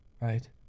right